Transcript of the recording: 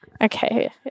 okay